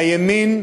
הימין,